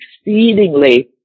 exceedingly